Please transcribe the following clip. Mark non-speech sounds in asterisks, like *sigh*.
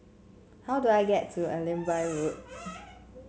how do I get to Allenby *noise* Road